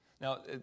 Now